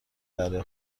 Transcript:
بره